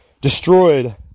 Destroyed